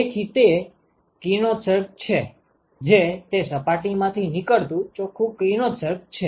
તેથી તે તે કિરણોત્સર્ગ છે જે તે સપાટીમાંથી નીકળતું ચોખ્ખું કિરણોત્સર્ગ છે